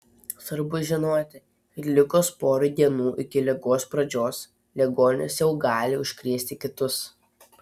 svarbu žinoti kad likus porai dienų iki ligos pradžios ligonis jau gali užkrėsti kitus